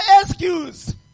excuse